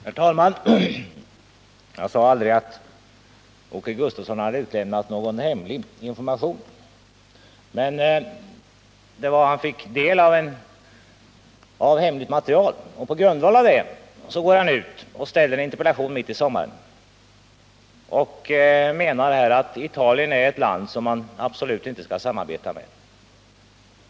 Herr talman! Jag sade aldrig att Åke Gustavsson hade lämnat ut någon hemlig information. Men han fick del av hemligt material, och på grundval av det gick han ut och framställde en interpellation mitt i sommaren. Han menar att Italien är ett land som man absolut inte skall samarbeta med.